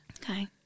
Okay